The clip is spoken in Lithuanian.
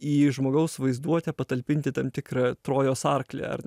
į žmogaus vaizduotę patalpinti tam tikrą trojos arklį ar